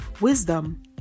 wisdom